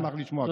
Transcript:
נשמח לשמוע.